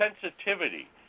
sensitivity